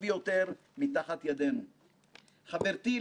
ששימשה בתפקיד מנהלת ועדת החקירה.